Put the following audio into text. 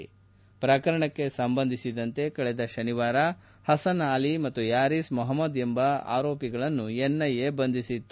ಈ ಪ್ರಕರಣಕ್ಷೆ ಸಂಬಂಧಿಸಿದಂತೆ ಕಳೆದ ಶನಿವಾರ ಹಸನ್ ಆಲಿ ಮತ್ತು ಹ್ವಾರಿಸ್ ಮೊಹಮ್ನದ್ ಎಂಬ ಆರೋಪಿಗಳನ್ನು ಎನ್ಐಎ ಬಂಧಿಸಿತ್ತು